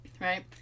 Right